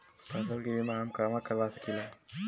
फसल के बिमा हम कहवा करा सकीला?